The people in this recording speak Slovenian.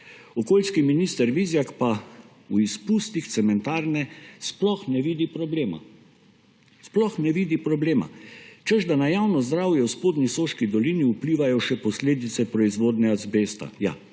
okoljski minister Vizjak pa v izpustih cementarne sploh ne vidi problema. Sploh ne vidi problema, češ da na javno zdravje v spodnji Soški dolini vplivajo še posledice proizvodnje azbesta.